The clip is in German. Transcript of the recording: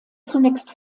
zunächst